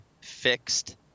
fixed